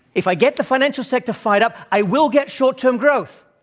if i get the financial sector fired up i will get short-term growth.